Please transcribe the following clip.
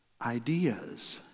ideas